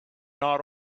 not